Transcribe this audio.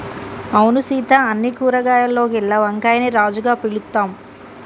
అవును సీత అన్ని కూరగాయాల్లోకెల్లా వంకాయని రాజుగా పిలుత్తాం